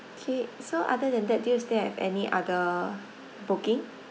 K so other than that do you still have any other booking